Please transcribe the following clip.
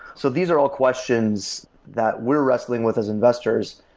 so these are all questions that we're wrestling with as investors,